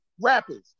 rappers